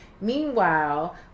Meanwhile